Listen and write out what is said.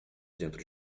dentro